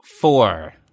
Four